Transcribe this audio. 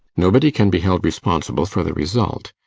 nobody can be held responsible for the result.